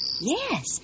Yes